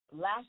last